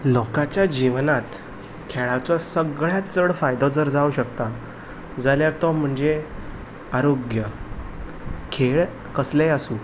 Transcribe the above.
लोकांच्या जिवनांत खेळांचो सगळ्यांत चड फायदो जर जावं शकता जाल्यार तो म्हणजे आरोग्य खेळ कसलेय आसूं